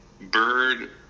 bird